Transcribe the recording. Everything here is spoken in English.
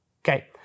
okay